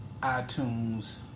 iTunes